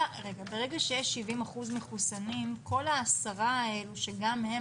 ברגע שיש 70% מחוסנים כל העשרה האלה שגם הם